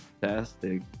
fantastic